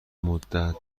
مدت